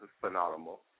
phenomenal